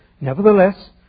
Nevertheless